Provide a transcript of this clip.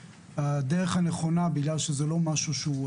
הדרך הנכונה בגלל שזה לא משהו שהוא,